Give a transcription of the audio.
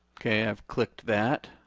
okay, i've clicked that.